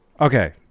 Okay